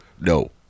no